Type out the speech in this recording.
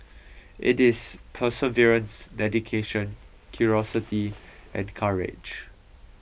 it is perseverance dedication curiosity and courage